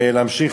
ולהמשיך